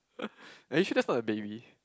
are you sure that's not a baby